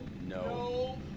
no